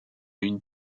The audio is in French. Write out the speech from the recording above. une